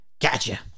Gotcha